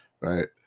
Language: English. Right